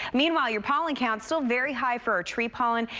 meanwhile, your pollen count still very high for tree pollen.